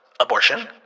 Abortion